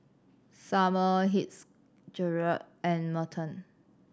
Sumner Fitzgerald and Merton